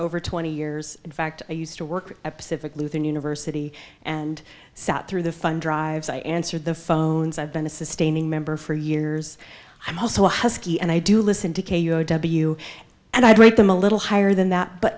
over twenty years in fact i used to work at pacific lutheran university and sat through the fund drives i answered the phones i've been a sustaining member for years i'm also a husky and i do listen to you and i'd rate them a little higher than that but